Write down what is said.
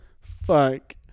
fuck